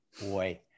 boy